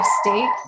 state